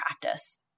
practice